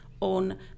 on